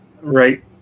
right